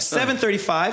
735